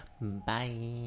Bye